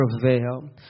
prevail